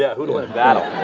yeah who'd win a battle?